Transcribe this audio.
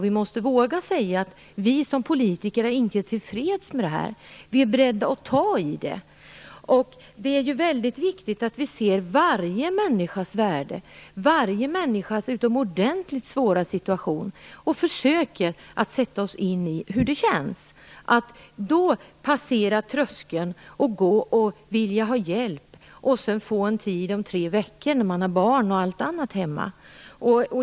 Vi måste våga säga att vi som politiker inte är till freds med detta och att vi är beredda att ta i det. Det är väldigt viktigt att vi ser varje människas värde och varje människas utomordentligt svåra situation. Vi måste försöka sätta oss in i hur det känns att passera tröskeln och gå för att söka hjälp, för att sedan få en tid om tre veckor. Hur känns det när man har barn hemma?